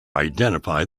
identify